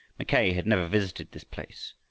mackay had never visited this place,